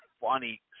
funny